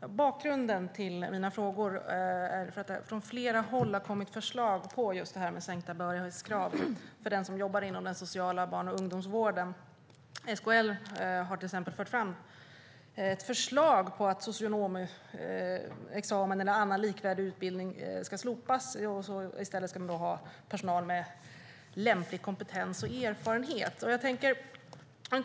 Bakgrunden till mina frågor är att det från flera håll har kommit förslag på sänkta behörighetskrav för den som jobbar inom den sociala barn och ungdomsvården. SKL har till exempel fört fram förslag på att socionomexamen eller annan likvärdig utbildning ska slopas och att man i stället ska ha personal med lämplig kompetens och erfarenhet. Fru talman!